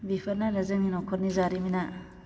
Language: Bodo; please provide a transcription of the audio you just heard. बेफोरनो आरो जोंनि नख'रनि जारिमिना